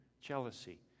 jealousy